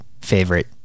favorite